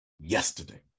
yesterday